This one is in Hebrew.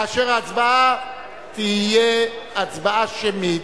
כאשר ההצבעה תהיה הצבעה שמית.